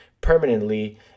permanently